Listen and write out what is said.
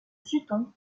sutton